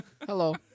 hello